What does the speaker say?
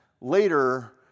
later